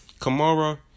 Kamara